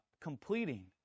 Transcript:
completing